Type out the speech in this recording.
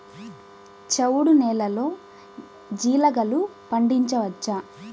చవుడు నేలలో జీలగలు పండించవచ్చా?